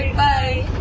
bye.